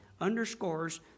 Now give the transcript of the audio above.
underscores